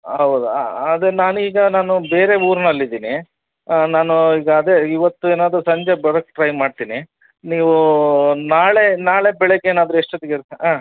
ಹೌದಾ ಆದರೆ ನಾನು ಈಗ ನಾನು ಬೇರೆ ಊರ್ನಲ್ಲಿ ಇದ್ದೀನಿ ನಾನು ಈಗ ಅದೇ ಇವತ್ತು ಏನಾದ್ರೂ ಸಂಜೆ ಬರೋಕೆ ಟ್ರೈ ಮಾಡ್ತೀನಿ ನೀವು ನಾಳೆ ನಾಳೆ ಬೆಳಿಗ್ಗೆ ಏನಾದ್ರೂ ಎಷ್ಟು ಹೊತ್ತಿಗೆ ಇರ್ತ ಹಾಂ